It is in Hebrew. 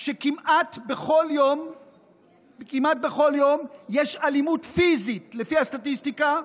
שכמעט בכל יום יש אלימות פיזית, לפי הסטטיסטיקה,